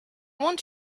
want